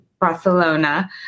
Barcelona